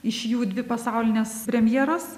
iš jų dvi pasaulinės premjeros